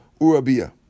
Urabia